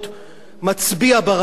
מצביע ברגליים.